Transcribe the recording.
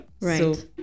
Right